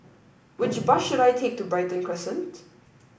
which bus should I take to Brighton Crescent